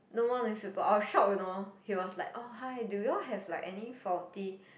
no more newspaper I was shock you know he was like oh hi do you all have like any faulty